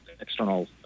external